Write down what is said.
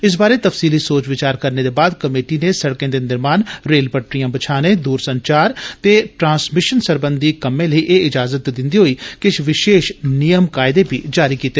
इस बारै तफसीली सोच विचार करने दे बाद कमेटी नै सड़के दे निर्माण रेल पटरी बछानै दूरसंचार ते ट्रांसमिषन सरबंधी कम्में लेई एह् इजाजत दिंदे होई किष विषेश नियम कायदे बी जारी कीते